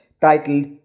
titled